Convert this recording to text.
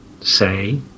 say